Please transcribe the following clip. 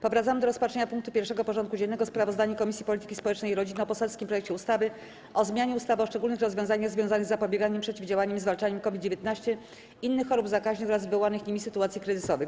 Powracamy do rozpatrzenia punktu 1. porządku dziennego: Sprawozdanie Komisji Polityki Społecznej i Rodziny o poselskim projekcie ustawy o zmianie ustawy o szczególnych rozwiązaniach związanych z zapobieganiem, przeciwdziałaniem i zwalczaniem COVID-19, innych chorób zakaźnych oraz wywołanych nimi sytuacji kryzysowych.